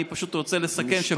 אני רוצה לסכם.